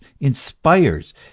inspires